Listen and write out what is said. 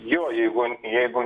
jo jeigu jeigu